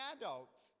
adults